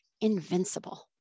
invincible